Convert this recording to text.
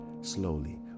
slowly